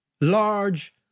large